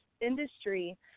industry